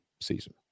season